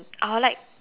I will like